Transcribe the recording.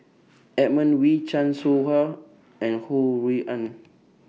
Edmund Wee Chan Soh Ha and Ho Rui An